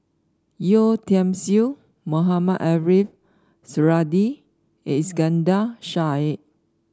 Yeo Tiam Siew Mohamed Ariff Suradi Iskandar Shah